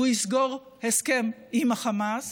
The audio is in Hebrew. והוא יסגור הסכם עם החמאס,